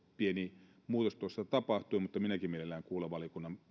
pieni muutos tuossa tapahtui mutta minäkin mielelläni kuulen valiokunnan